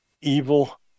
Evil